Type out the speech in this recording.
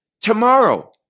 tomorrow